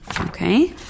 okay